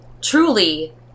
Truly